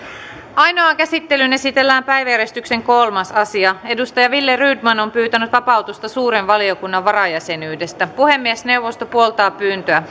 ainoaan käsittelyyn esitellään päiväjärjestyksen kolmas asia wille rydman on pyytänyt vapautusta suuren valiokunnan varajäsenyydestä puhemiesneuvosto puoltaa pyyntöä